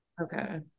Okay